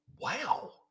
Wow